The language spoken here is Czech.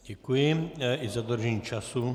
Děkuji i za dodržení času.